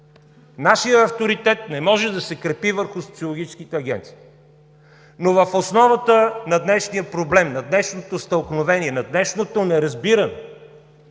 Нашият авторитет не може да се крепи върху социологическите агенции. В основата на днешния проблем, на днешното стълкновение, на днешното неразбиране,